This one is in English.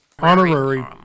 Honorary